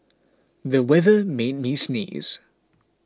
the weather made me sneeze